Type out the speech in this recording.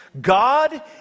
God